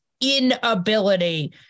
inability